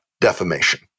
defamation